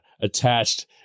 attached